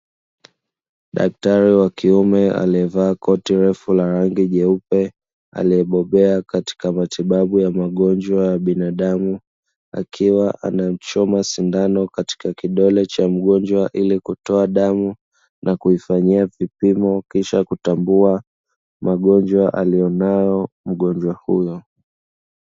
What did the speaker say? Daktari wa kiume aliyevaa koti refu la rangi jeupe, aliyebobea katika matibabu ya magonjwa ya binadamu, akiwa anamchoma sindano, katika kidole cha mgonjwa ili kutoa damu na kuifanyia vipimo, kisha kutambua magonjwa aliyonayo mgonjwa huyo.